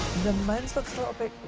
the men's look a little bit,